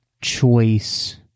choice